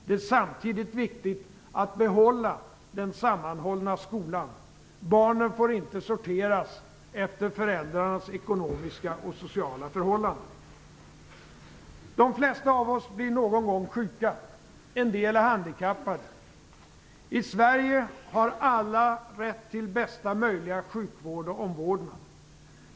Det är samtidigt viktigt att behålla den sammanhållna skolan. Barnen får inte sorteras efter föräldrarnas ekonomiska och sociala förhållanden. - De flesta av oss blir någon gång sjuka. En del är handikappade. I Sverige har alla rätt till bästa möjliga sjukvård och omvårdnad.